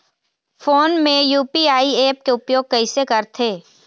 Phone मे UPI app के उपयोग कइसे करथे?